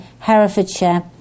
Herefordshire